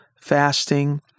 fasting